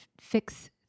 fix